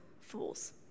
fools